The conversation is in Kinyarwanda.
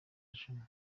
vision